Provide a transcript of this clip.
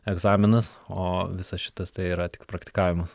egzaminas o visas šitas tai yra tik praktikavimas